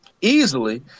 easily